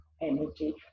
energy